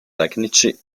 tecnici